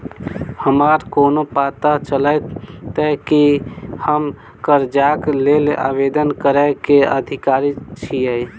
हमरा कोना पता चलतै की हम करजाक लेल आवेदन करै केँ अधिकारी छियै?